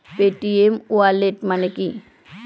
Paytm wallet মানে কি?